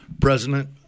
President